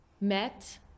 met